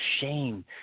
shame